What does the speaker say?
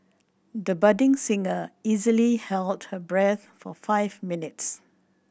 the budding singer easily held her breath for five minutes